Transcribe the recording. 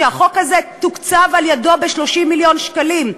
שהחוק הזה תוקצב על-ידו ב-30 מיליון שקלים.